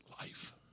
life